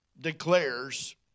declares